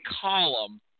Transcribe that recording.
column